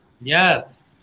Yes